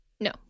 No